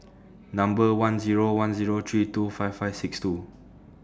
Number one Zero one Zero three two five five six two